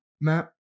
map